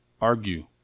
Argue